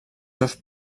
seus